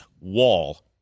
wall